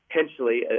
potentially